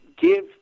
give